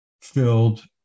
filled